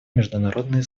международные